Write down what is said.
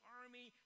army